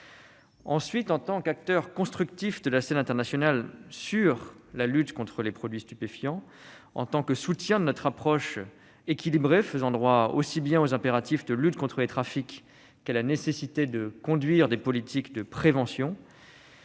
ensuite, en tant qu'acteur constructif de la scène internationale en matière de lutte contre les produits stupéfiants et en tant que soutien de notre approche équilibrée faisant droit aussi bien aux impératifs de la lutte contre les trafics qu'à la nécessité de mener des politiques de prévention.